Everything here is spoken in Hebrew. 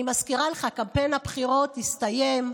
אני מזכירה לך, קמפיין הבחירות הסתיים.